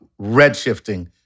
redshifting